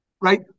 Right